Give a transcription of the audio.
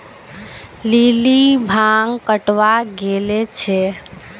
lily भांग कटावा गले छे